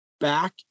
Back